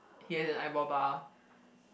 he has an eyebrow bar